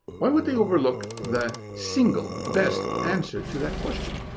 why would they overlook the single best answer to that question?